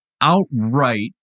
outright